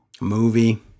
movie